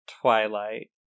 twilight